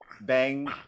Bang